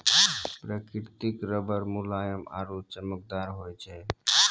प्रकृतिक रबर मुलायम आरु चमकदार होय छै